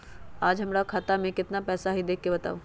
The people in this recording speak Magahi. आज हमरा खाता में केतना पैसा हई देख के बताउ?